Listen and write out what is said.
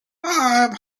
five